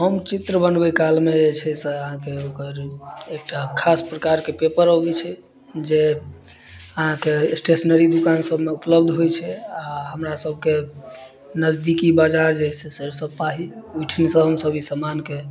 हम चित्र बनबै कालमे जे छै से अहाँके ओकर एकटा खास प्रकारके पेपर अबै छै जे अहाँके स्टेशनरी दुकान सबमे उपलब्ध होइ छै आ हमरा सबके नजदीकी बाजार जे छै से पाही ओहिठामसँ हमसब ई समानके